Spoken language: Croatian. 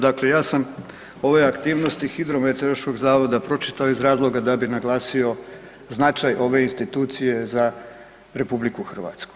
Dakle, ja sam ove aktivnosti DHMZ-a pročitao iz razloga da bi naglasio značaj ove institucije za RH.